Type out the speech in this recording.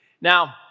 Now